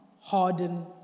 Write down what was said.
Harden